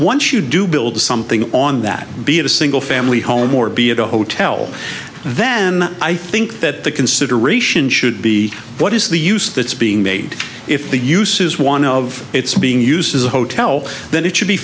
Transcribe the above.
once you do build something on that be it a single family home or be it a hotel then i think that the consideration should be what is the use that's being made if the use is one of it's being used as a hotel that it should be